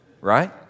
Right